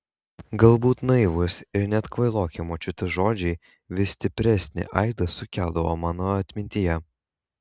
galbūt naivūs ir net kvailoki močiutės žodžiai vis stipresnį aidą sukeldavo mano atmintyje